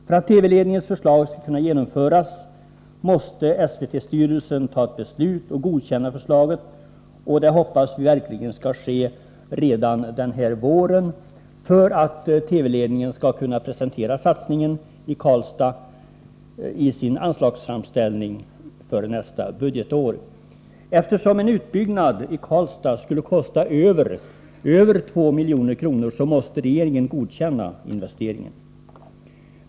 För att TV-ledningens förslag skall kunna genomföras måste SVT styrelsen ta ett beslut och godkänna förslaget, och det hoppas vi verkligen skall ske redan den här våren för att TV-ledningen skall kunna presentera satsningen i Karlstad i sin anslagsframställning för nästa budgetår. Eftersom en nybyggnad i Karlstad skulle kosta över 2 milj.kr. måste regeringen godkänna investeringen.